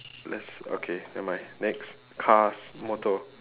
let's okay nevermind next cars motor